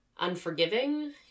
unforgiving